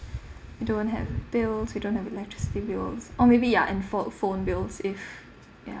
we don't have bills we don't have electricity bills or maybe ya and phone phone bills if ya